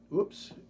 Oops